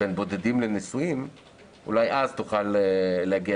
בין בודדים לנשואים אולי אז תוכל להגיע